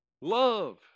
love